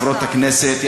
חברות הכנסת,